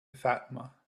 fatima